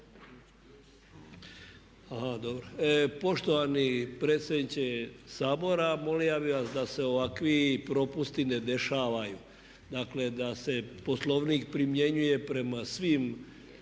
Poštovani predsjedniče Sabora molio bih vas da se ovakvi propusti ne dešavaju, dakle da se Poslovnik primjenjuje prema svim